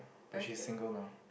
but she is single now